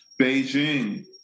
Beijing